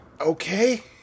okay